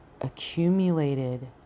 accumulated